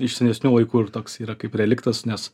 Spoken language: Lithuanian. iš senesnių laikų ir toks yra kaip reliktas nes